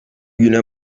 güne